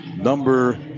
number